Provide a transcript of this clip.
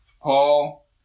Paul